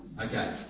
Okay